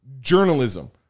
journalism